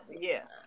Yes